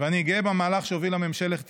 ואני גאה במהלך שהובילה ממשלת ישראל.